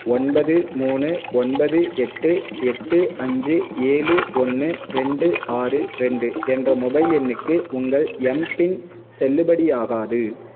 ஒன்பது மூணு ஒன்பது எட்டு எட்டு அஞ்சு ஏழு ஒன்று ரெண்டு ஆறு ரெண்டு என்ற மொபைல் எண்ணுக்கு உங்கள் எம்பின் செல்லுபடியாகாது